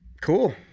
cool